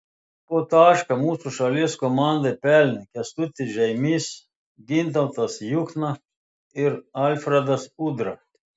po tašką mūsų šalies komandai pelnė kęstutis žeimys gintautas juchna ir alfredas udra